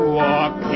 walk